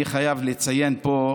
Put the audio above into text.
אני חייב לציין פה,